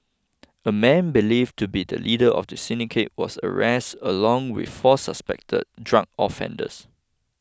a man believed to be the leader of the syndicate was arrested along with four suspected drug offenders